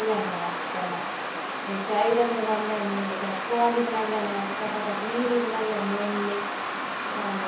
कंडा बद्द तोलदा जिमिदार बास्तै बहुत मुश्कल ऐ गौरमैंट गी अस इयै अर्ज करने आं